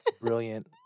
brilliant